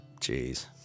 Jeez